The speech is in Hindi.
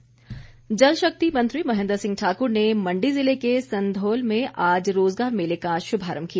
महेंद्र सिंह जल शक्ति मंत्री महेंद्र सिंह ठाक्र ने मंडी जिले के संधोल में आज रोजगार मेले का श्भारंभ किया